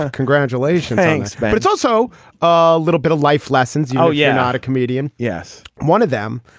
ah congratulations thanks but but it's also a little bit of life lessons. oh yeah. not a comedian. yes one of them.